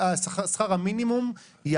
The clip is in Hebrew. היא